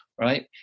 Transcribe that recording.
right